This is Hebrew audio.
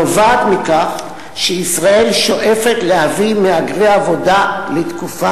נובעת מכך שישראל שואפת להביא מהגרי עבודה לתקופה